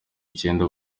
icenda